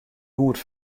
goed